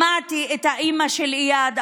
שמעתי את אימא של איאד,